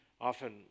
often